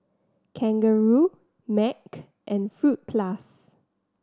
Kangaroo Mac and Fruit Plus